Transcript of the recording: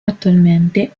attualmente